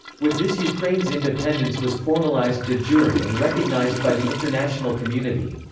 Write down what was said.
with this ukraine's independence was formalized de jure and recognized by the international community.